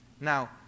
Now